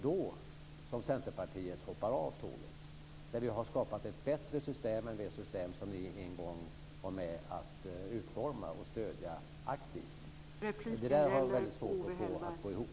Men Centerpartiet hoppar av tåget nu när vi har skapat ett bättre system än det system som ni en gång var med om att utforma och stödja aktivt. Jag har väldigt svårt att få det att gå ihop.